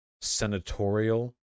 senatorial